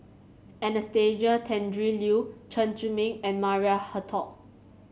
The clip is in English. Anastasia Tjendri Liew Chen Zhiming and Maria Hertogh